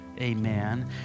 Amen